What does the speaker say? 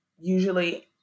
usually